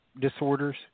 disorders